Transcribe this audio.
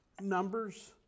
Numbers